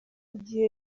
igihe